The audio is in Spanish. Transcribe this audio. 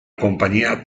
compañía